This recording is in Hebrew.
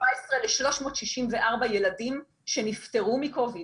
ל-364 ילדים שנפטרו מקוביד,